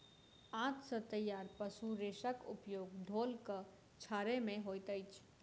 आंत सॅ तैयार पशु रेशाक उपयोग ढोलक के छाड़य मे होइत अछि